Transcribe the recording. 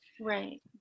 Right